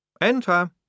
Enter